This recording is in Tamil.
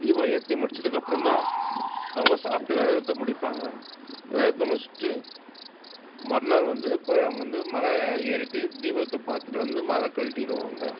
தீபம் ஏற்றி முடித்ததுக்கு அப்புறந்தான் அவங்க சாப்பிட்டு விரதத்த முடிப்பாங்க விரதத்த முடிச்சிட்டு மறுநாள் வந்து போய் அவங்க வந்து மலை ஏறிவிட்டு தீபத்தை பார்த்துட்டு வந்து மாலை கழட்டிடுவாங்க